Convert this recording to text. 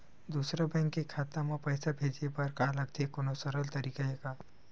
दूसरा बैंक के खाता मा पईसा भेजे बर का लगथे कोनो सरल तरीका हे का?